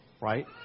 right